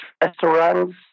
restaurants